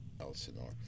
Elsinore